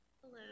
Hello